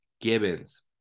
Gibbons